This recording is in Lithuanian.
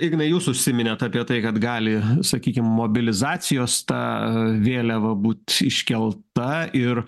ignai jūs užsiminėte apie tai kad gali sakykime mobilizacijos ta vėliava būti iškelta ir